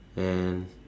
then